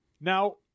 Now